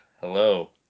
Hello